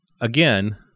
again